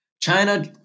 China